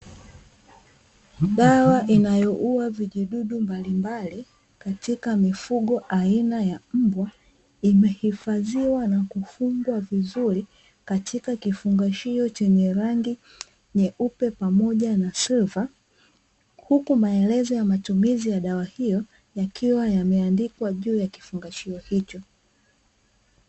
Dawa inayouwa vijidudu mbalimbali katika mifugo aina ya mbwa imehifadhiwa na kufungwa vizuri katika kifungashio, chenye rangi nyeupe pamoja na silva huku maalezo ya matumizi ya dawa hiyo yakiwa yameandikwa juu ya kifungashio hicho.